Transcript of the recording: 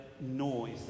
Noise